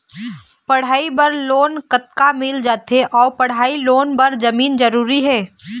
पढ़ई बर लोन कतका मिल जाथे अऊ पढ़ई लोन बर जमीन जरूरी हे?